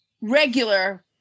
regular